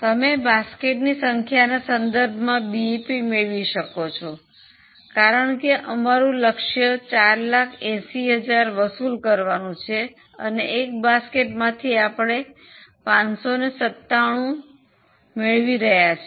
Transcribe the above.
તમે બાસ્કેટ્સની સંખ્યાના સંદર્ભમાં બીઇપી મેળવી શકો છો કારણ કે અમારું લક્ષ્ય 480000 વસુલ કરવાનું છે અને એક બાસ્કેટ માંથી આપણે 597 મેળવી રહ્યા છીએ